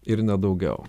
ir ne daugiau